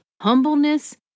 humbleness